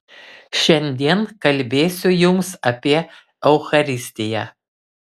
šiandien kalbėsiu jums apie eucharistiją